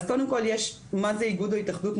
אז קודם כל מה זה איגוד או התאחדות,